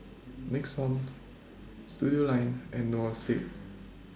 Nixon Studioline and Noa Sleep